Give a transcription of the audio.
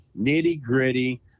nitty-gritty